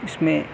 اس میں